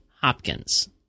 Hopkins